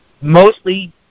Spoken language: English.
mostly